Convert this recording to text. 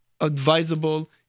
advisable